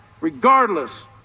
regardless